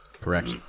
Correct